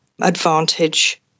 advantage